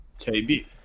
KB